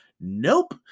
Nope